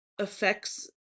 affects